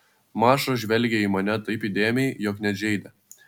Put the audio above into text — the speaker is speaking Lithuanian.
maša žvelgė į mane taip įdėmiai jog net žeidė